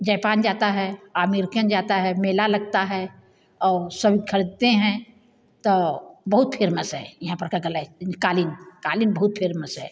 Japan जाता है American जाता है मेला लगता है और सभी ख़रीदते हैं तो बहुत फेमस है यहाँ पर का गलीचा क़ालीन क़ालीन बहुत फेमस है